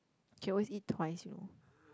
can always eat twice you know